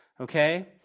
okay